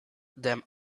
them